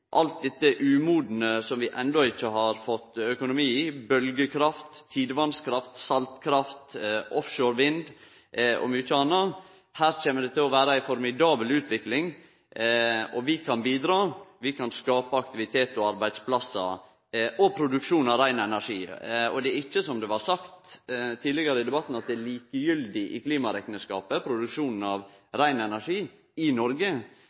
alt det umodne som vi enno ikkje har fått økonomi i: bølgjekraft, tidevatnkraft, saltkraft, offshore vind og mykje anna. Her kjem det til å vere ei formidabel utvikling, og vi kan bidra. Vi kan skape aktivitet og arbeidsplassar og produksjon av rein energi. Det er ikkje slik, som det blei sagt tidlegare i debatten, at produksjonen av rein energi i Noreg er likegyldig i